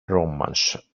romansh